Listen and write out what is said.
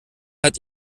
hat